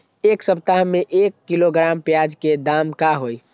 एक सप्ताह में एक किलोग्राम प्याज के दाम का होई?